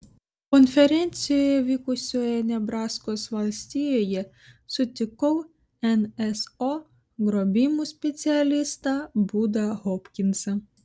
konferencijoje vykusioje nebraskos valstijoje sutikau nso grobimų specialistą budą hopkinsą